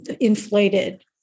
inflated